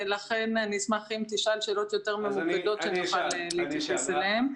לכן אשמח אם תשאל שאלות יותר ממוקדות שאוכל להתייחס אליהן.